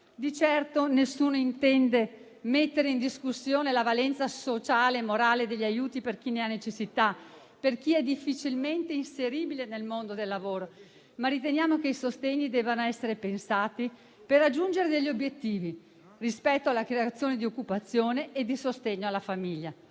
Di certo nessuno intende mettere in discussione la valenza sociale e morale degli aiuti per chi ne ha necessità, per chi è difficilmente inseribile nel mondo del lavoro, ma riteniamo che i sostegni debbano essere pensati per raggiungere degli obiettivi rispetto alla creazione di occupazione e di sostegno alla famiglia.